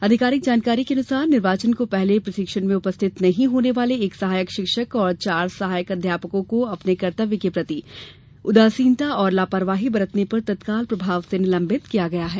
आधिकारिक जानकारी के अनुसार निर्वाचन को पहले प्रशिक्षण में उपस्थित नहीं होने वाले एक सहायक शिक्षक और चार सहायक आध्यपको को अपने कर्त्वय के प्रति उदासीनता और लापरवाही बरतने पर तत्काल प्रभाव से निलंबित कर दिया गया है